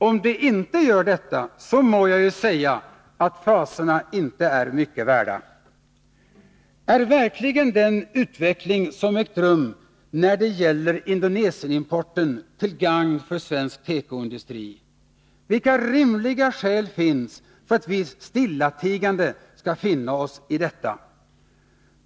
Om de inte gör detta, så må jag ju säga att fraserna inte är mycket värda. Är verkligen den utveckling som har ägt rum när det gäller Indonesienimporten till gagn för svensk tekoindustri? Vilka rimliga skäl finns det för att vi stillatigande skall finna oss i detta?